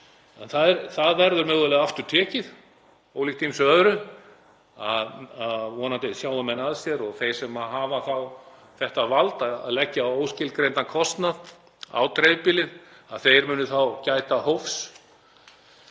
Það verður mögulega aftur tekið, ólíkt ýmsu öðru. Vonandi sjá menn að sér og þeir sem hafa það vald að leggja óskilgreindan kostnað á dreifbýlið muni gæta hófs